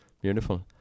Beautiful